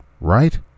right